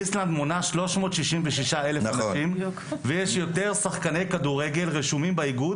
איסלנד מונה 366 אלף תושבים ויש יותר שחקני כדורגל רשומים באגוד,